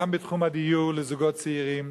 גם בתחום הדיור לזוגות צעירים,